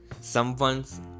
Someone's